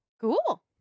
Cool